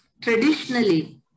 traditionally